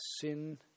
sin